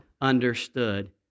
understood